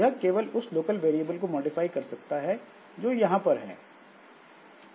यह केवल उस लोकल वेरिएबल को मॉडिफाई कर सकता है जो यहां पर हैं